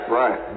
right